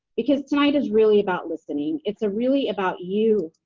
because tonight is really about listening, it's ah really about you,